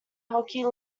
hockey